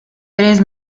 tres